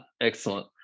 excellent